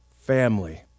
family